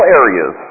areas